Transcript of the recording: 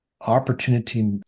opportunity